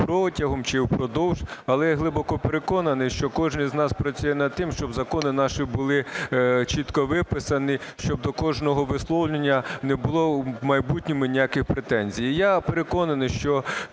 "протягом" чи "впродовж". Але я глибоко переконаний, що кожний із нас працює над тим, щоб закони наші були чітко виписані, щоб до кожного висловлювання не було у майбутньому ніяких претензій. Я переконаний, що